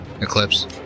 Eclipse